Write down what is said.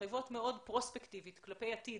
מחייבות מאוד פרוספקטיבית כלפי עתיד